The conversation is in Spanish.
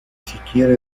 siquiera